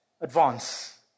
Advance